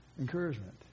encouragement